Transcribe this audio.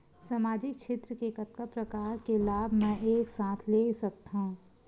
सामाजिक क्षेत्र के कतका प्रकार के लाभ मै एक साथ ले सकथव?